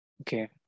Okay